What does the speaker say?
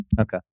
Okay